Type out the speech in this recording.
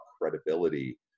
credibility